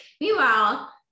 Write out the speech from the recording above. Meanwhile